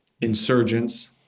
insurgents